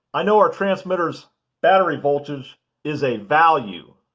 i know our transmitter's battery voltage is a value,